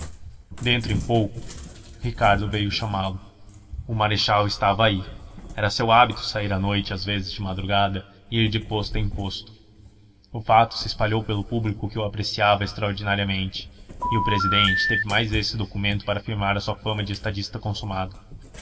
dentro em pouco ricardo veio chamá-lo o marechal estava aí era seu hábito sair à noite às vezes de madrugada e ir de posto em posto o fato se espalhou pelo público que o apreciava extraordinariamente e o presidente teve mais esse documento para firmar a sua fama de estadista consumado